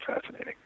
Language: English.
fascinating